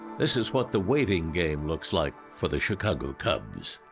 this is what the waiting game looks like for the chicago cubs.